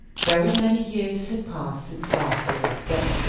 very many years had passed since last they were together,